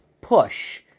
push